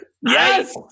Yes